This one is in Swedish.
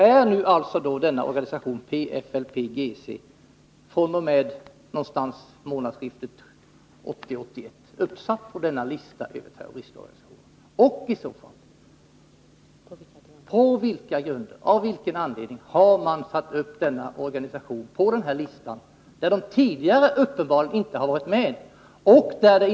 Är alltså PFLP-GC, sedan någon gång omkring årsskiftet 1980-1981, uppsatt på listan över terroristorganisationer? Och om så är fallet, av vilken anledning har man fört upp organisationen på denna lista, där den uppenbarligen inte tidigare funnits med?